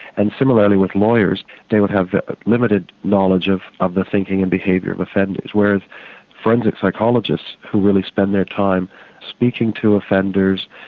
and similarly with lawyers they would have limited knowledge of of thinking and behaviour of offenders whereas forensic psychologists who really spend their time speaking to offenders,